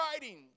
writings